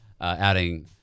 Adding